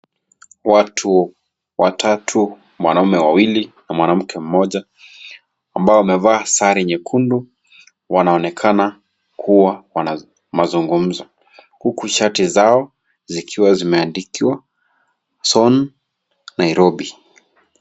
Watu watatu, wanaume wawili na mwanamke mmoja ambao wamevaa sare nyekundu wanaonekana kuwa wana mazungumzo huku shati zao zikiwa zimeandikwa Son Nairobi.